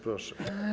Proszę.